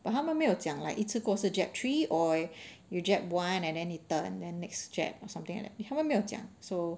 but 他们没有讲 like 一次过是 jab three or you jab one and then 你等 then next jab or something like that 他们没有讲 so